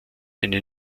eine